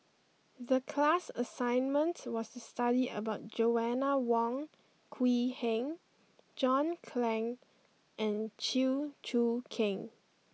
the class assignment was to study about Joanna Wong Quee Heng John Clang and Chew Choo Keng